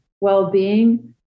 well-being